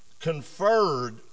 conferred